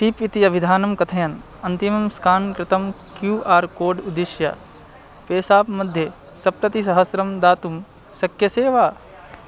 tip इति अवधानं कथयन् अन्तिमं स्कान् कृतं क्यू आर् कोड् उद्दिश्य पेसाप् मध्ये सप्ततिसहस्रं दातुं शक्यसे वा